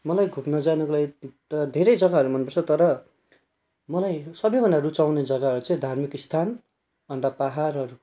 मलाई घुम्न जानुको लागि त धेरै जग्गाहरू मनपर्छ तर मलाई सबैभन्दा रुचाउने जग्गाहरू चाहिँ धार्मिक स्थान अन्त पाहाडहरूको